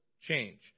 change